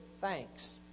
thanks